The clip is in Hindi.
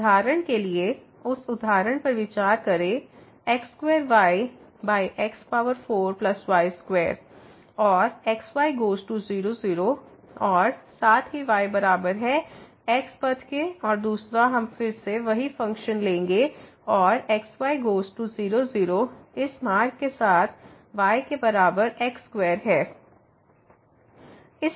उदाहरण के लिए इस उदाहरण पर विचार करें x 2y x4 y 2 और x y गोज़ टू 0 0 और साथ ही y बराबर है x पथ के और दूसरा हम फिर से वही फ़ंक्शन लेंगे और x y गोज़ टू 0 0 इस मार्ग के साथ y के बराबर x2 है